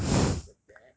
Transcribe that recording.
!wah! I'm pretty good at that